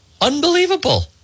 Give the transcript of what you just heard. Unbelievable